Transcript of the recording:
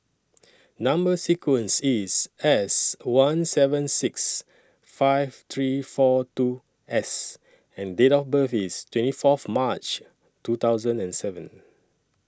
Number sequence IS S one seven six five three four two S and Date of birth IS twenty Fourth March two thousand and seven